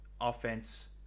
offense